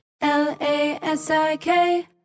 L-A-S-I-K